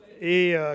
et